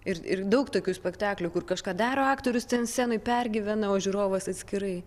ir ir daug tokių spektaklių kur kažką daro aktorius ten scenoj pergyvena o žiūrovas atskirai